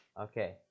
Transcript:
okay